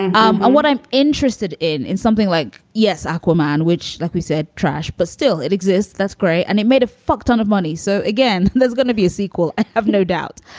and um and what i'm interested in is something like, yes, aquaman, which, like you said, trash, but still it exists. that's great. and it made a fuck ton of money. so again, there's gonna be a sequel. i have no doubt.